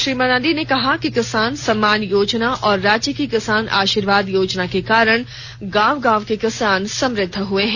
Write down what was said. श्री मरांडी ने कहा की किसान सम्मान योजना और राज्य की किसान आशीर्वाद योजना के कारण गांव गांव के किसान समृद्ध हुए हैं